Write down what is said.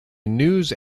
news